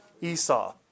Esau